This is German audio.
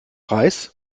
reis